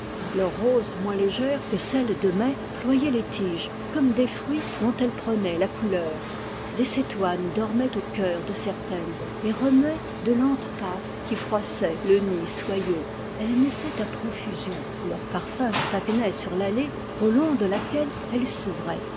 leurs roses moins légères que celles de mai ployaient les tiges comme des fruits dont elles prenaient la couleur des cétoines dormaient au cœur de certaines et remuaient de lentes pattes qui froissaient le nid soyeux elles naissaient à profusion et leur parfum stagnait sur l'allée au long de laquelle elles s'ouvraient